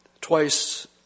twice